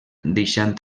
deixant